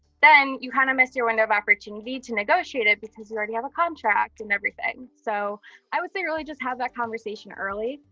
then you kind of miss your window of opportunity to negotiate it because you already have a contract and everything. so i would say really just have that conversation early.